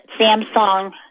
Samsung